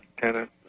tenant